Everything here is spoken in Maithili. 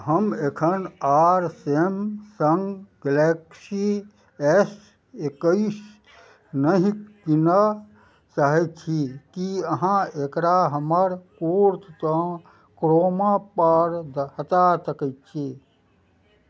हम एखन आर सैमसन्ग गैलेक्सी एस एकैस नहि किनऽ चाहैत छी कि अहाँ एकरा हमर कोर्थसँ क्रोमापर हटा सकै छी